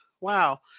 wow